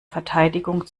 verteidigung